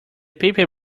paper